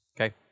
okay